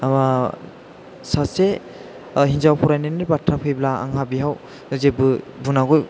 सासे हिन्जाव फरायनायनि बाथ्रा फैब्ला आंहा बेयाव जेबो बुंनांगौ